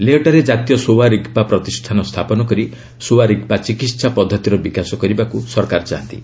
ଲେହ୍ଠାରେ ଜାତୀୟ ସୋୱା ରିଗ୍ପା ପ୍ରତିଷ୍ଠାନ ସ୍ଥାପନ କରି ସୋୱା ରିଗ୍ପା ଚିକିତ୍ସା ପଦ୍ଧତିର ବିକାଶ କରିବାକୁ ସରକାର ଚାହାନ୍ତି